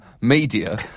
media